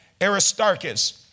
Aristarchus